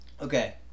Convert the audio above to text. Okay